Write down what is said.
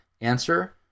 answer